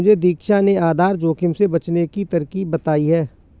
मुझे दीक्षा ने आधार जोखिम से बचने की तरकीब बताई है